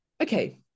Okay